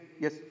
Yes